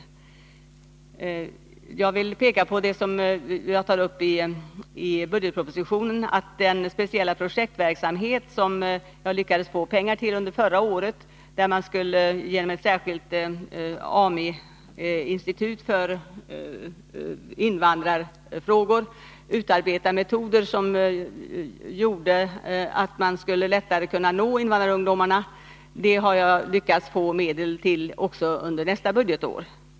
Nr 134 Jag vill peka på det jag tar upp i budgetpropositionen om den speciella Torsdagen den projektverksamhet som innebär att man genom ett särskilt AMl-institut för 29 april 1982 invandrarfrågor utarbetar metoder för att lättare kunna nå invandrarungdomarna. Jag lyckades få pengar till detta förra året, och jag har lyckats att få medel också för nästa budgetår.